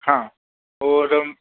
हाँ और